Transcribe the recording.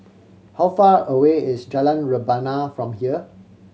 how far away is Jalan Rebana from here